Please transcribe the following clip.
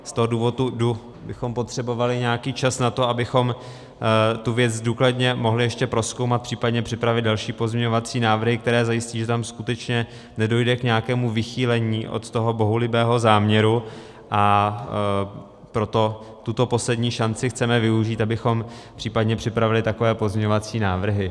Z tohoto důvodu bychom potřebovali nějaký čas na to, abychom tu věc důkladně mohli ještě prozkoumat, případně připravit další pozměňovací návrhy, které zajistí, že tam skutečně nedojde k nějakému vychýlení od toho bohulibého záměru, a proto tuto poslední šanci chceme využít, abychom případně připravili takové pozměňovací návrhy.